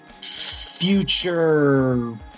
future